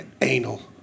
anal